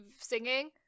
singing